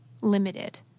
limited